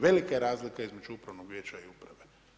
Velika je razlika između upravnog vijeća i uprave.